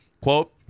Quote